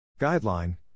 guideline